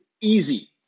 easy